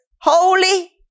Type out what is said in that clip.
holy